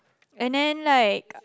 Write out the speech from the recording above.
and then like